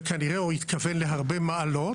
וכנראה הוא התכוון להרבה מעלות.